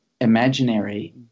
imaginary